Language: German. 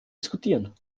diskutieren